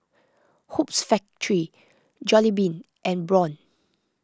Hoops Factory Jollibee and Braun